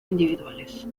individuales